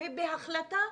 ובהחלטה.